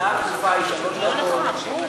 התשע"ה 2015. אנחנו נפתח בדיון.